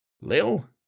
Lil